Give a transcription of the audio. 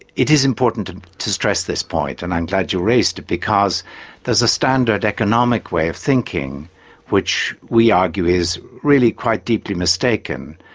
it is important to stress this point, and i'm glad you raised it, because there's a standard economic way of thinking which we argue is really quite deeply mistaken,